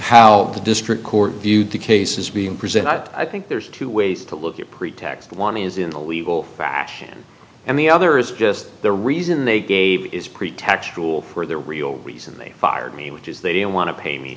how the district court viewed the case is being presented i think there's two ways to look at pretext one is in a legal fashion and the other is just the reason they gave is pretext rule for the real reason they fired me which is they don't want to pay me